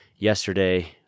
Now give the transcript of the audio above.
Yesterday